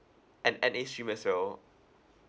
and N_A stream as well